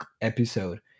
episode